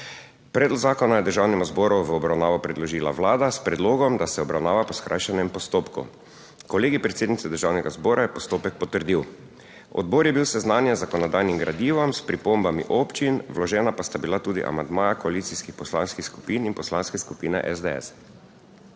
Predlog zakona je Državnemu zboru v obravnavo predložila Vlada s predlogom, da se obravnava po skrajšanem postopku. Kolegij predsednice Državnega zbora je postopek potrdil. Odbor je bil seznanjen z zakonodajnim gradivom, s pripombami občin, vložena pa sta bila tudi amandmaja koalicijskih poslanskih skupin in Poslanske skupine SDS.